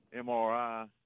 MRI